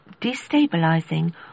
destabilizing